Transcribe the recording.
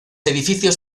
edificios